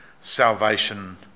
salvation